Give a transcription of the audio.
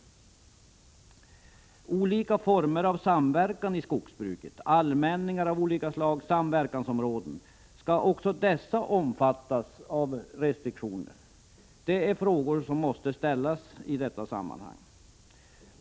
Skall också olika former av samverkan i skogsbruket — allmänningar av olika slag och samverkansområden — omfattas av restriktionerna? Detta är frågor som måste ställas i detta sammanhang.